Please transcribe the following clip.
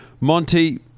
Monty